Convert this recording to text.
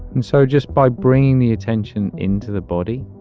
and so just by bringing the attention into the body,